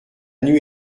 nuit